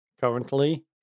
Currently